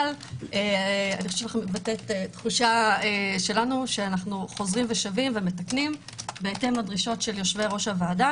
אבל תחושה שלנו שאנו חוזרים ומתקנים בהתאם לדרישות יושבי-ראש הוועדה.